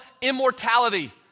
immortality